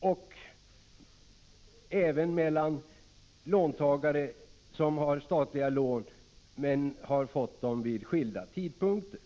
och mellan olika låntagare som har fått statliga lån men som har fått dem vid skilda tidpunkter.